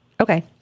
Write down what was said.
Okay